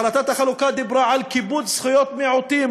החלטת החלוקה דיברה על כיבוד זכויות מיעוטים,